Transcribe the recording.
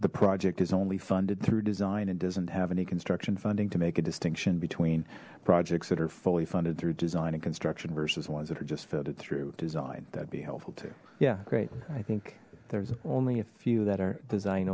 the project is only funded through design and doesn't have any construction funding to make a distinction between projects that are fully funded through design and construction versus ones that are just felted through design that'd be helpful too yeah great i think there's only a few that are design